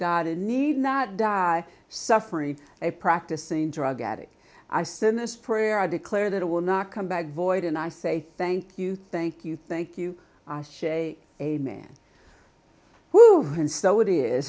god a need not die suffering a practicing drug addict i send this prayer i declare that it will not come back void and i say thank you thank you thank you shay a man